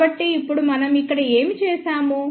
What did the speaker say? కాబట్టి ఇప్పుడు మనం ఇక్కడ ఏమి చేసాము